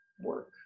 work